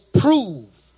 prove